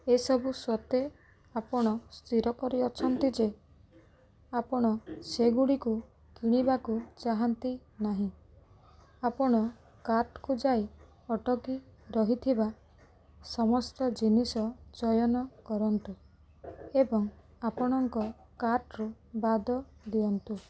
ଏସବୁ ସ୍ୱତ୍ତେ ଆପଣ ସ୍ଥିରକରି ଅଛନ୍ତି ଯେ ଆପଣ ସେଗୁଡ଼ିକୁ କିଣିବାକୁ ଚାହାନ୍ତି ନାହିଁ ଆପଣ କାର୍ଟକୁ ଯାଇ ଅଟକି ରହିଥିବା ସମସ୍ତ ଜିନିଷ ଚୟନ କରନ୍ତୁ ଏବଂ ଆପଣଙ୍କ କାର୍ଟରୁ ବାଦ୍ ଦିଅନ୍ତୁ